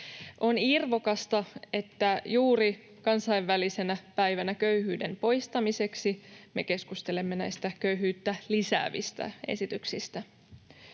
On irvokasta, että juuri kansainvälisenä päivänä köyhyyden poistamiseksi me keskustelemme näistä köyhyyttä lisäävistä esityksistä.